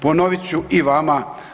Ponovit ću i vama.